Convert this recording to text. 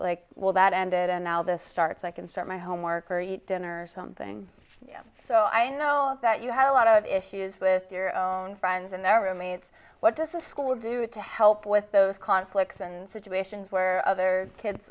like well that ended and now this starts i can start my homework or eat dinner something so i know that you have a lot of issues with your own friends and their roommates what does the school do to help with those conflicts and situations where other kids